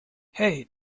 hey